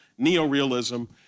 neorealism